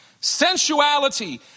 sensuality